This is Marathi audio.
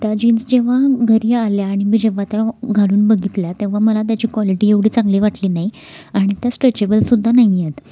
त्या जीन्स जेव्हा घरी आल्या आणि मी जेव्हा त्या घालून बघितल्या तेव्हा मला त्याची क्वालिटी एवढी चांगली वाटली नाही आणि त्या स्ट्रेचेबलसुद्धा नाही आहेत